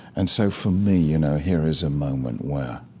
and so for me, you know here is a moment where